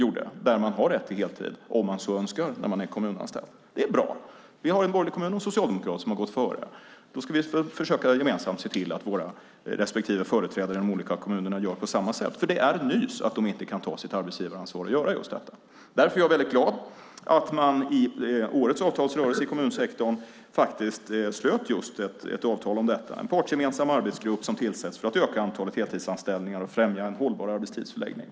Där har man rätt till heltid, om man så önskar, när man är kommunanställd. Det är bra. Vi har en borgerlig och en socialdemokratisk kommun som gått före. Då ska vi försöka att gemensamt se till att våra respektive företrädare i de olika kommunerna gör på samma sätt. Det är nämligen nys att de inte kan ta sitt arbetsgivaransvar och göra just detta. Jag är därför mycket glad att man i årets avtalsrörelse i kommunsektorn slöt ett avtal om detta. En partsgemensam arbetsgrupp tillsätts för att öka antalet heltidsanställningar och främja en hållbar arbetstidsförlängning.